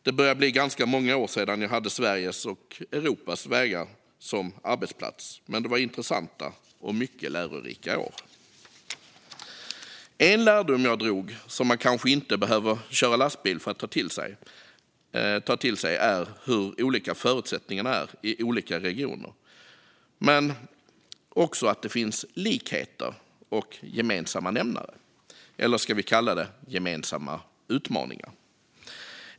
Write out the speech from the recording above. Det börjar bli ganska många år sedan jag hade Sveriges och Europas vägar som arbetsplats, men det var intressanta och mycket lärorika år. En lärdom jag drog som man kanske inte behöver köra lastbil för att ta till sig är hur olika förutsättningarna är i olika regioner men också att det finns likheter och gemensamma nämnare - eller ska vi kalla det gemensamma utmaningar?